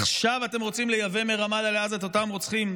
עכשיו אתם רוצים לייבא מרמאללה לעזה את אותם רוצחים?